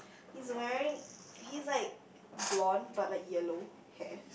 he's wearing he's like blonde but like yellow hair